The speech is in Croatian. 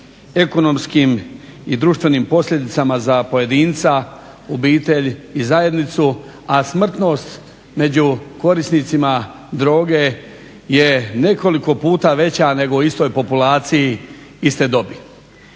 ekonomskim i društvenim posljedicama za pojedinca, obitelj i zajednicu, a smrtnost među korisnicima droge je nekoliko puta veća nego u istoj populaciji iste dobi.